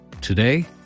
today